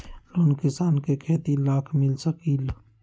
Loan किसान के खेती लाख मिल सकील?